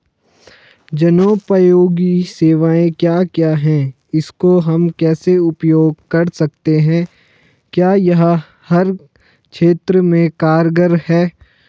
जनोपयोगी सेवाएं क्या क्या हैं इसको हम कैसे उपयोग कर सकते हैं क्या यह हर क्षेत्र में कारगर है?